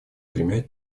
тремя